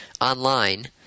online